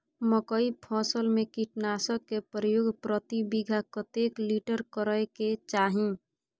मकई फसल में कीटनासक के प्रयोग प्रति बीघा कतेक लीटर करय के चाही?